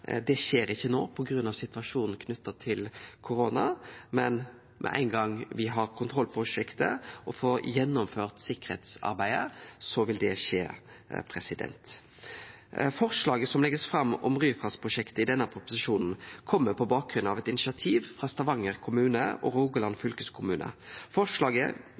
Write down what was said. skjer ikkje det no på grunn av situasjonen knytt til korona. Med ein gong me har kontroll på prosjektet og får gjennomført sikkerheitsarbeidet, vil det skje. Forslaget som blir lagt fram om Ryfast-prosjektet i denne proposisjonen, kjem på bakgrunn av eit initiativ frå Stavanger kommune og Rogaland fylkeskommune. Forslaget